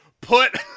put